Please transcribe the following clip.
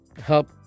help